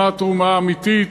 מה התרומה האמיתית,